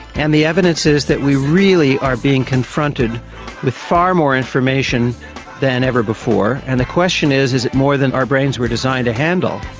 and the evidence is that we really are being confronted with far more information than ever before, and the question is is it more than our brains were designed to handle?